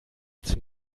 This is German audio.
zum